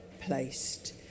placed